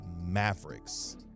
Mavericks